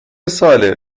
ساله